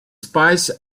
spice